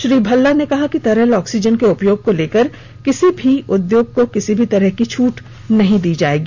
श्री भल्ला ने कहा कि तरल ऑक्सीजन के उपयोग को लेकर किसी भी उद्योग को किसी भी तरह की छूट नहीं दी जाएगी